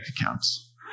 accounts